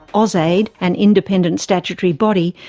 ausaid, an independent statutory body,